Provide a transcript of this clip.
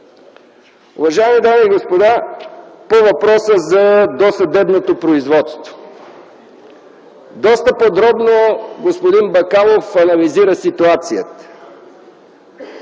Уважаеми дами и господа, по въпроса за досъдебното производство. Доста подробно господин Бакалов анализира ситуацията.